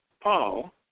Paul